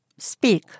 speak